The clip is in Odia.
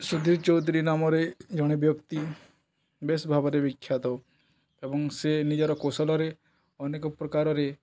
ସୁଧୀର୍ ଚୌଧୁରୀ ନାମରେ ଜଣେ ବ୍ୟକ୍ତି ବେଶ ଭାବରେ ବିଖ୍ୟାତ ଏବଂ ସେ ନିଜର କୌଶଳରେ ଅନେକ ପ୍ରକାରରେ